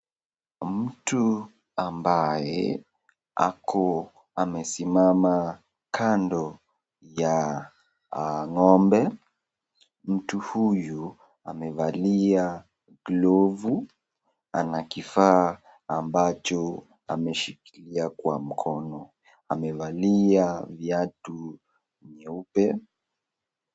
Mtu ambaye ako amesimama kando ya ng'ombe . Mtu huyu amevalia grove anakifaa ambacho ameshikilia kwa mkono, amevalia viatu nyeupe.